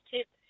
Tip